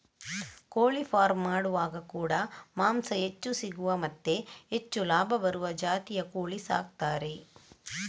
ಕೋಳಿ ಫಾರ್ಮ್ ಮಾಡುವಾಗ ಕೂಡಾ ಮಾಂಸ ಹೆಚ್ಚು ಸಿಗುವ ಮತ್ತೆ ಹೆಚ್ಚು ಲಾಭ ಬರುವ ಜಾತಿಯ ಕೋಳಿ ಸಾಕ್ತಾರೆ